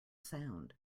sound